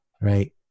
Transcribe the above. Right